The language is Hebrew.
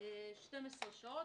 12 שעות,